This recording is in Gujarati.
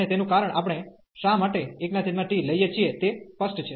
અને તેનું કારણ આપણે શા માટે 1t લઈએ છીએ તે સ્પષ્ટ છે